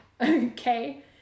Okay